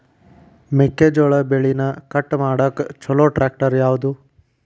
ಮೆಕ್ಕೆ ಜೋಳ ಬೆಳಿನ ಕಟ್ ಮಾಡಾಕ್ ಛಲೋ ಟ್ರ್ಯಾಕ್ಟರ್ ಯಾವ್ದು?